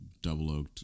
double-oaked